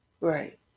Right